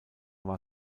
war